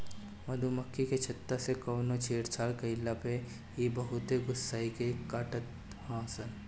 मधुमक्खी के छत्ता से कवनो छेड़छाड़ कईला पे इ बहुते गुस्सिया के काटत हई सन